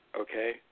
Okay